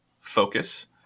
focus